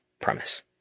premise